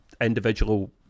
individual